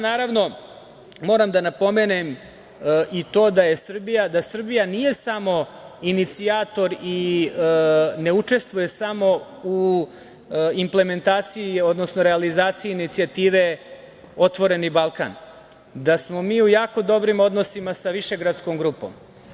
Naravno da moram da na pomenem i to da Srbija nije samo inicijator i ne učestvuje samo u implementaciji, odnosno realizaciji inicijative „Otvoreni Balkan“, da smo mi u jako dobrim odnosima sa Višegradskom grupom.